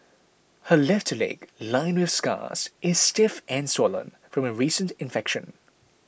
her left leg lined with scars is stiff and swollen from a recent infection